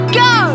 go